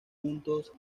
juntos